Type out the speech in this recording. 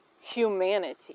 Humanity